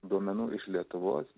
duomenų iš lietuvos